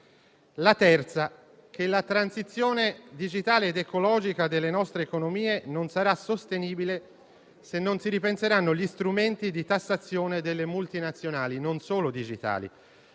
La terza: la transizione digitale ed ecologica delle nostre economie non sarà sostenibile se non si ripenseranno gli strumenti di tassazione delle multinazionali, non solo digitali,